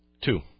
Two